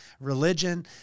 Religion